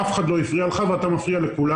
אף אחד לא הפריע לך ואתה מפריע לכולם.